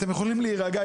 אתם יכולים להירגע,